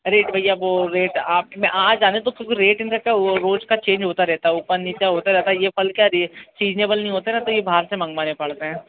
rate भैया वो rate आप आज आने दो क्योंकि रेट वो रोज़ का चेंज होता रहता है ऊपर नीचे होता रहता है ये फल का री सीजनेबल नहीं होते ना तो ये बाहर से मँगवाने पड़ते हैं